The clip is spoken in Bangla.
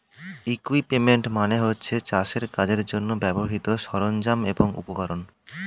ইকুইপমেন্ট মানে হচ্ছে চাষের কাজের জন্যে ব্যবহৃত সরঞ্জাম এবং উপকরণ